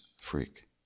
freak